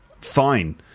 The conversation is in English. Fine